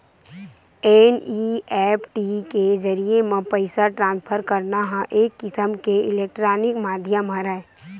NEFT के जरिए म पइसा ट्रांसफर करना ह एक किसम के इलेक्टानिक माधियम हरय